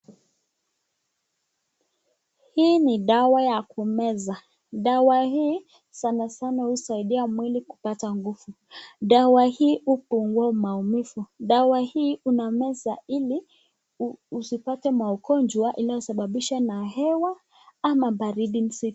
Hii ni dawa ya kumeza, dawa hii sana sana husaidia mwili kupata nguvu. Dawa hii hupungua maumivu. Dawa hii unameza ili usipate magonjwa inalosababisha na hewa ama baridi.